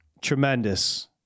Tremendous